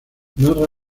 narra